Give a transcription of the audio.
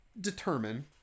determine